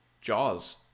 Jaws